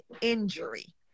injury